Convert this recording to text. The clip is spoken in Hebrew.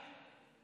לנגרייה,